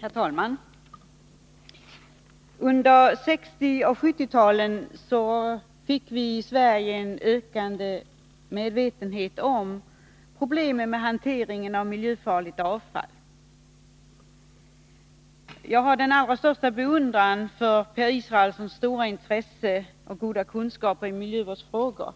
Herr talman! Under 1960 och 1970-talen fick vi i Sverige en större medvetenhet om problemen med hanteringen av miljöfarligt avfall. Jag har den allra största beundran för Per Israelssons stora intresse och goda kunskaper när det gäller miljövårdsfrågor.